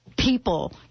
people